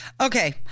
Okay